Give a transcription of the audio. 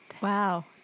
Wow